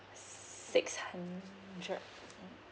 six hundred